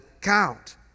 count